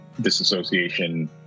disassociation